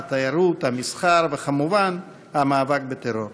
התיירות, המסחר וכמובן המאבק בטרור.